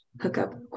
hookup